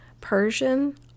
persian